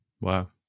Wow